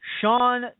Sean